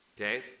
okay